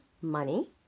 money